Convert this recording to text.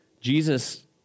Jesus